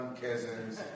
cousins